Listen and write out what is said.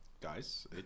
guys